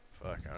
Fuck